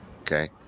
Okay